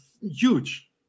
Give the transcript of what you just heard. huge